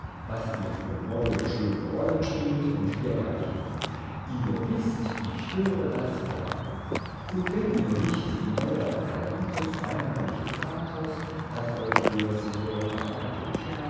was ihr für neue schöne rollen spielt und dergleichen ihr wißt ich höre das gern und wenn ihr nicht in euer verdammtes weinerliches pathos das euch der